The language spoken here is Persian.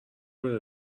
بره